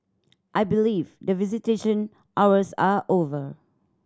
I believe the visitation hours are over